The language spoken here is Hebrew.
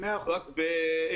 רק אם